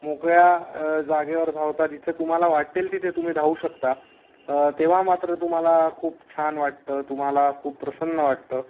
मोकळ्या जागेवर धावता जिथे तुम्हाला वाटेल तिथे तुम्ही धावू शकता तेव्हा मात्र तुम्हाला खूप छान वाटतं तुम्हाला खूप प्रसन्न वाटतं